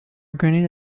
grenade